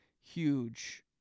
huge